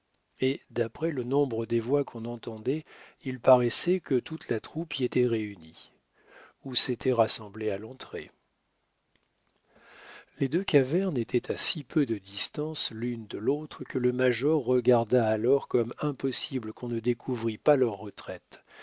et d'après le nombre des voix qu'on entendait il paraissait que toute la troupe y était réunie ou s'était rassemblée à l'entrée les deux cavernes étaient à si peu de distance l'une de l'autre que le major regarda alors comme impossible qu'on ne découvrît pas leur retraite